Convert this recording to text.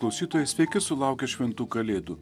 klausytojai sveiki sulaukę šventų kalėdų